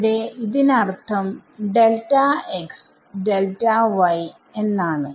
ഇവിടെ ഇതിനർത്ഥം എന്നാണ്